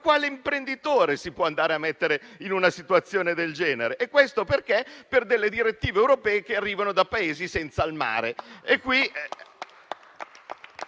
quale imprenditore può andare a mettersi in una situazione del genere? E questo perché? Per delle direttive europee che arrivano da Paesi senza il mare!